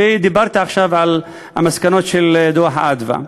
ודיברתי עכשיו על המסקנות של דוח "מרכז אדוה".